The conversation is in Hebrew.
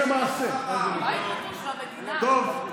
טוב,